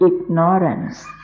ignorance